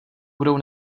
budou